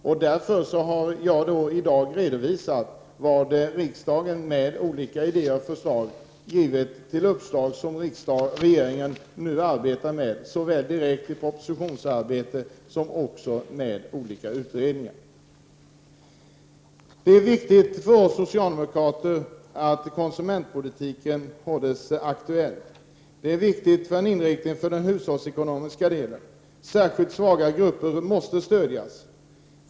Jag har i dag redovisat de idéer och uppslag riksdagen har givit regeringen. Regeringen arbetar nu med dessa såväl direkt i propositionsarbetet som i olika utredningar. Det är för oss socialdemokrater viktigt att konsumentpolitiken hålls aktuell. Det är viktigt för inriktningen av det hushållsekonomiska arbetet. Särskilt svaga grupper måste stödjas.